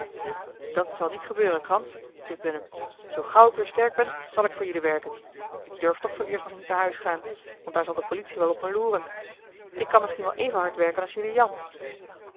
dat zal niet gebeuren krans riep willem zoo gauw ik weer sterk ben zal ik voor jullie werken ik durf toch vooreerst nog niet naar huis gaan want daar zal de politie wel op me loeren ik kan misschien wel even hard werken als jullie jan